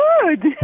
good